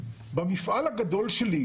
במפעל הגדול שלי,